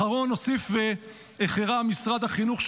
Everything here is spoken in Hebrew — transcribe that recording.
אחרון הוסיף והחרה משרד החינוך,